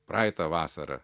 praeitą vasarą